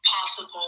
possible